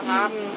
haben